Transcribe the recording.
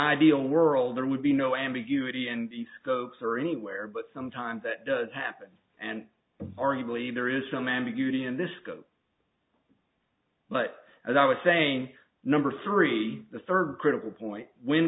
ideal world there would be no ambiguity and the scopes are anywhere but sometimes that does happen and are you believe there is some ambiguity in this scope but as i was saying number three the third critical point when